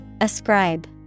Ascribe